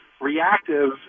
reactive